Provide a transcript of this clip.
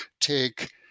take